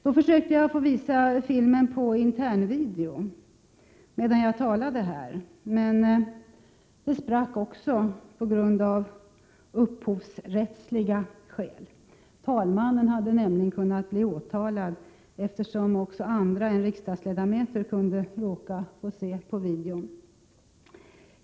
Då försökte jag få till stånd en visning av filmen på internvideo samtidigt som jag talade här i kammaren. Men det sprack av upphovsrättsliga skäl. Talmannen hade nämligen kunnat bli åtalad, eftersom också andra än riksdagsledamöter hade kunnat se videon.